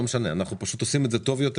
אנחנו פשוט עושים את זה טוב יותר